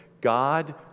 God